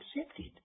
accepted